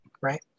Right